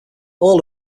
all